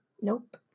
Nope